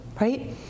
right